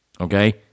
Okay